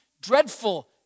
dreadful